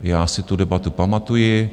Já si debatu pamatuji.